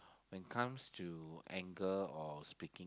when comes to